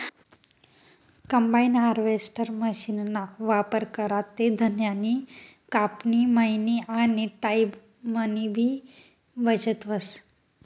combine harvester मशीनना वापर करा ते धान्यनी कापनी, मयनी आनी टाईमनीबी बचत व्हस